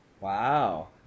Wow